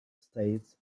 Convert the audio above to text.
states